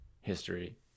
history